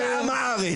בור ועם הארץ.